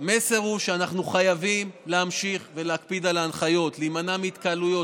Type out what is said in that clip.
המסר הוא שאנחנו חייבים להמשיך להקפיד על ההנחיות: להימנע מהתקהלויות,